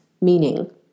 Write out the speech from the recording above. meaning